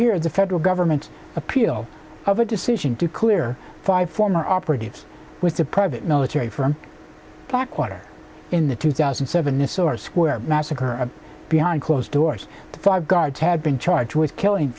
hear the federal government's appeal of a decision to clear five former operatives with the private military from blackwater in the two thousand and seven it's or square massacre behind closed doors five guards had been charged with killing